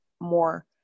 more